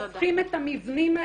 הופכים את המבנים,